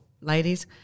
ladies